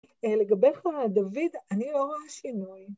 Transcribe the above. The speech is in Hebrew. לגביך דוד, אני לא רואה שינוי.